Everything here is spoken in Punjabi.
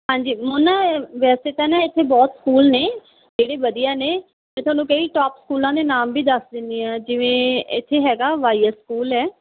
ਹਾਂਜੀ ਮੋਨਾ ਵੈਸੇ ਤਾਂ ਨਾ ਇੱਥੇ ਬਹੁਤ ਸਕੂਲ ਨੇ ਜਿਹੜੇ ਵਧੀਆ ਨੇ ਮੈਂ ਤੁਹਾਨੂੰ ਕਈ ਟੋਪ ਸਕੂਲਾਂ ਦੇ ਨਾਮ ਵੀ ਦੱਸ ਦਿੰਦੀ ਹਾਂ ਜਿਵੇਂ ਇਥੇ ਹੈਗਾ ਵਾਈ ਐਸ ਸਕੂਲ ਹੈ